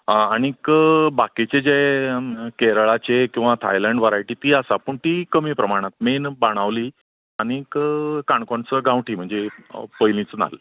आं आनीक बाकीचें जे केरळाचे किंवा थायलँड वरायटी ती आसा पूण ती कमी प्रमाणांत मेन बाणावली आनी काणकोणचो गांवठी म्हणजे हो पयलीचो नाल्ल